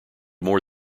more